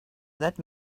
that